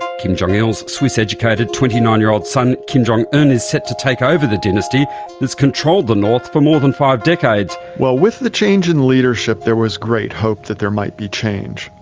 and kim jong-il's swiss educated twenty nine year old son kim jong-un and is set to take over the dynasty that's controlled the north for more than five decades. well, with the change in leadership there was great hope that there might be change.